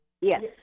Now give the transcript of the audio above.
Yes